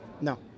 No